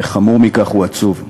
וחמור מכך, הוא עצוב.